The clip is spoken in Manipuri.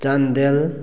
ꯆꯥꯟꯗꯦꯜ